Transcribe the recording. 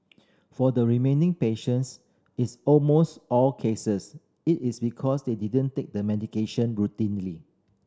for the remaining patients is almost all cases it is because they didn't take the medication routinely